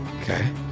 Okay